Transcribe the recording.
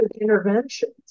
interventions